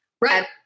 right